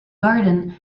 garden